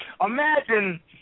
Imagine